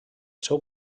seu